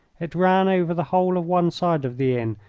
it ran over the whole of one side of the inn,